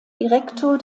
direktor